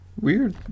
Weird